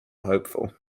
hopeful